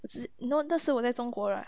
我只是 you know 那时我在中国 right